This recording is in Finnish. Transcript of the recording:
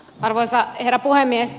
arvoisa herra puhemies